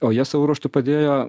o jie savo ruožtu padėjo